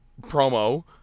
promo